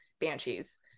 banshees